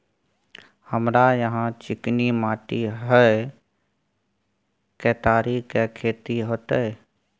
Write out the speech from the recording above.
हमरा यहाँ चिकनी माटी हय केतारी के खेती होते?